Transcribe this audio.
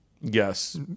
Yes